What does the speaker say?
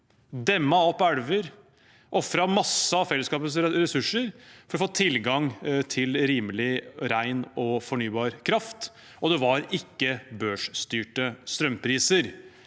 demmet opp elver og ofret masse av fellesskapets ressurser for å få tilgang til rimelig, ren og fornybar kraft, og det var ikke børsstyrte strømpriser.